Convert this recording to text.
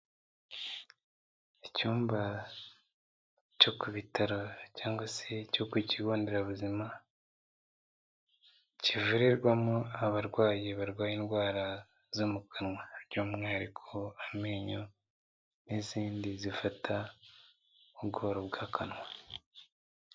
Icyumba cyo ku bitaro cyangwa se cyo ku kigo nderabuzima, kivurirwamo abarwayi barwaye indwara zo mu kanwa, by'umwihariko amenyo n'izindi zifata mu bworo bw'akanwa.